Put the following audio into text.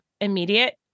immediate